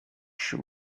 shoe